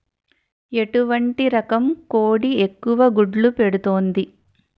ఎటువంటి రకం కోడి ఎక్కువ గుడ్లు పెడుతోంది?